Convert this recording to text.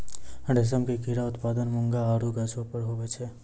रेशम के कीड़ा उत्पादन मूंगा आरु गाछौ पर हुवै छै